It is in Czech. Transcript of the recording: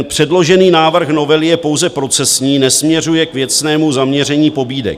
Předložený návrh novely je pouze procesní, nesměřuje k věcnému zaměření pobídek.